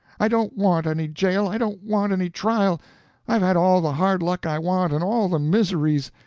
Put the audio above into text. i don't want any jail, i don't want any trial i've had all the hard luck i want, and all the miseries.